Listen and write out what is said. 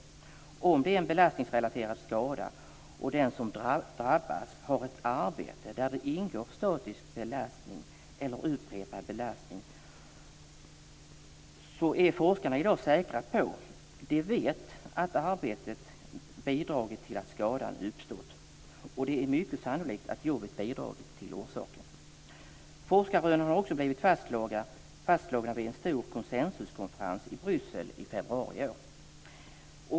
Om det rör sig om en belastningsrelaterad skada och den som drabbas har ett arbete där det ingår statisk eller upprepad belastning är forskarna i dag säkra på att arbetet har bidragit till att skadan har uppstått. Det är mycket sannolikt att jobbet har bidragit till orsaken. Forskarrönen har också blivit fastslagna vid en stor konsensuskonferens i Bryssel i februari i år.